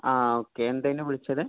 ആ ഓക്കെ എന്തേനു വിളിച്ചത്